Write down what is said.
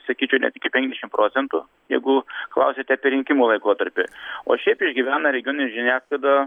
sakyčiau net iki penkiasdešimt procentų jeigu klausiate apie rinkimų laikotarpį o šiaip išgyvena regioninė žiniasklaida